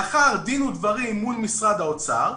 לאחר דין ודברים מול משרד האוצר,